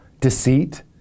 deceit